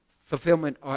Fulfillment